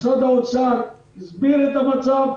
משרד האוצר הסביר את המצב.